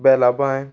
बेलाबांय